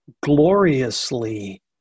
gloriously